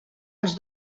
els